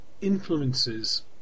influences